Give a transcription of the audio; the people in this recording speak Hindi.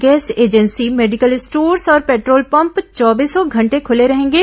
गैस एजेंसी मेडिकल स्टोर्स और पेट्रोल पम्प चौबीसों घंटे खुले रहेंगे